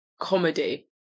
comedy